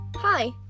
Hi